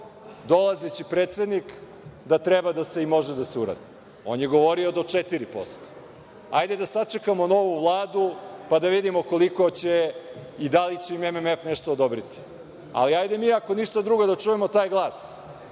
dolazeći predsednik da treba i može da se uradi. On je govorio do 4%. Hajde da sačekamo novu Vladu pa da vidimo koliko će i da li će im MMF nešto odobriti. Ali, hajde mi, ako ništa drugo, da čujemo taj glas